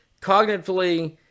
cognitively